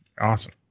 awesome